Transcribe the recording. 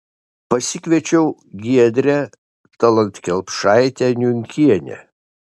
pasikviečiau giedrę tallat kelpšaitę niunkienę